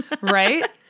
right